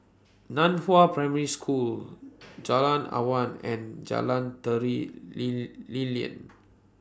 NAN Hua Primary School Jalan Awan and Jalan Tari Lee Lilin